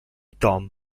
tom